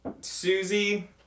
Susie